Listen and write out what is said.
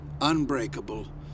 unbreakable